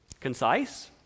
Concise